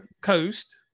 coast